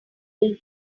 will